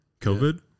COVID